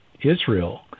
Israel